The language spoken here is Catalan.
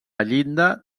llinda